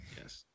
Yes